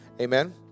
Amen